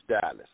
Dallas